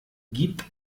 gibt